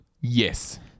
Yes